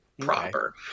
proper